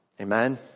Amen